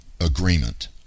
agreement